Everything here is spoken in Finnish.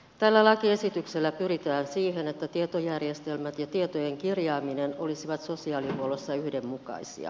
tällä lakiesityksellä pyritään siihen että tietojärjestelmät ja tietojen kirjaaminen olisivat sosiaalihuollossa yhdenmukaisia